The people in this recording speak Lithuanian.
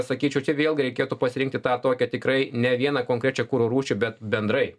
sakyčiau čia vėlgi reikėtų pasirinkti tą tokią tikrai ne vieną konkrečią kuro rūšį bet bendrai